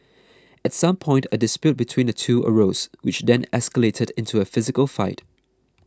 at some point a dispute between the two arose which then escalated into a physical fight